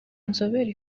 nzobere